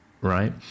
Right